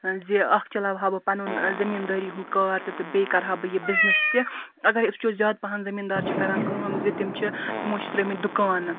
زِ اکھ چَلاوہا بہٕ پَنُن زمیٖندٲری ہُنٛد کار تِتہٕ بیٚیہِ کَرٕ ہا بہٕ یہِ بِزنٮ۪س تہِ اَگَر أسۍ وٕچھو زیادٕ پَہَن زمیٖندار چھِ کَران کٲم زِ تِم چھِ تِمو چھِ ترٲمٕتۍ دُکان